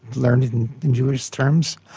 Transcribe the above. learned in in jewish terms,